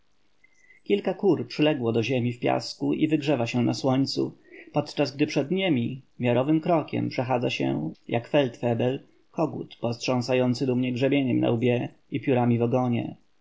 kilka kur przyległo do ziemi w piasku i wygrzewa się na słońcu podczas gdy przed niemi miarowym krokiem przechadza się jak feldfebel kogut potrząsający dumnie grzebieniem na łbie i piórami w ogonie